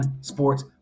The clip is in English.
sports